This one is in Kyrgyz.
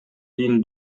кийин